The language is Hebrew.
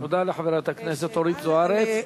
אני מודה לחברת הכנסת אורית זוארץ.